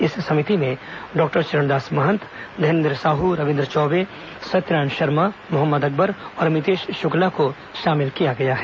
इस समिति में डॉक्टर चरणदास महंत धनेन्द्र साह रविन्द्र चौबे सत्यनारायण शर्मा मोहम्मद अकबर और अमितेश शुक्ला को शामिल किया गया है